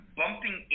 bumping